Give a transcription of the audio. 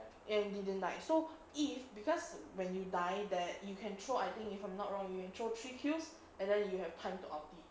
and didn't died so if because when you die there you can throw I think if I'm not wrong you can throw three kills then you have time to ulti